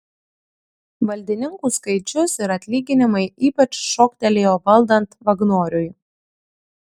valdininkų skaičius ir atlyginimai ypač šoktelėjo valdant vagnoriui